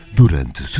durante